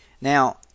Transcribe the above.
Now